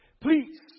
Please